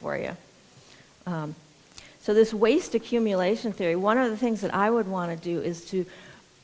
for you so this waste accumulation theory one of the things that i would want to do is to